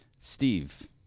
Steve